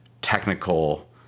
technical